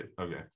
Okay